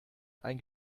ein